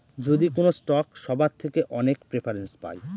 যদি কোনো স্টক সবার থেকে অনেক প্রেফারেন্স পায়